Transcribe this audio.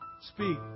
Speak